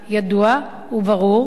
ולא מהווה הפתעה לאיש.